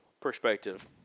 perspective